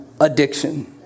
addiction